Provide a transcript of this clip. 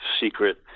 secret